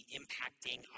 impacting